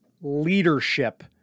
Leadership